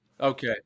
Okay